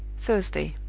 thursday.